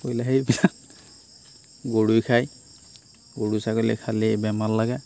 পৰিলে সেইবিলাক গৰুই খায় গৰু ছাগলী খালে বেমাৰ লাগে